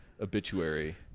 obituary